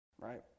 Right